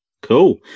Cool